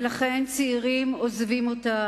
ולכן צעירים עוזבים אותה,